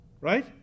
right